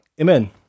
Amen